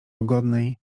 łagodnej